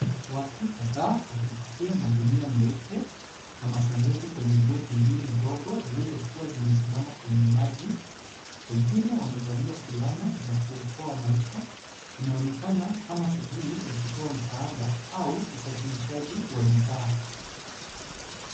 Watu kadhaa wakipakia magunia meupe na masanduku kwenye boti mbili ndogo zilizokuwa zimesimama kwenye maji. Wengine wamevalia fulana za kuokoa maisha. Inaonekana kama shughuli ya kutoa msaada au usafirishaji wa bidhaa.